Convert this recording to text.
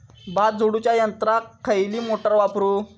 भात झोडूच्या यंत्राक खयली मोटार वापरू?